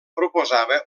proposava